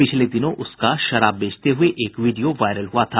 पिछले दिनों उसका शराब बेचते हुये एक वीडियो वायरल हुआ था